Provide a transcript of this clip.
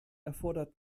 erfordert